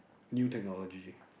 new technology